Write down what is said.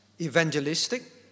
evangelistic